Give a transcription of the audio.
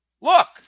Look